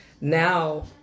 Now